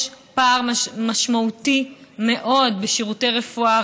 יש פער משמעותי מאוד בשירותי רפואה,